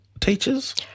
teachers